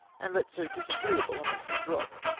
and let so dis agreeable a matter drop.